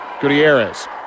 Gutierrez